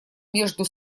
между